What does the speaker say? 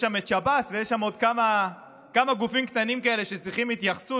יש שם את שב"ס ויש שם עוד כמה גופים קטנים כאלה שצריכים התייחסות,